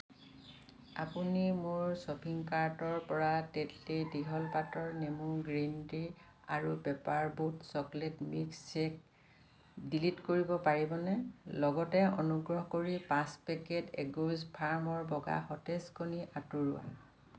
আপুনি মোৰ শ্বপিং কাৰ্টৰ পৰা তেতলী দীঘল পাতৰ নেমু গ্ৰীণ টি আৰু পেপাৰবোট চকলেট মিল্কশ্বেক ডিলিট কৰিব পাৰিবনে লগতে অনুগ্ৰহ কৰি পাঁচ পেকেট এগ'জ ফাৰ্মৰ বগা সতেজ কণী আঁতৰোৱা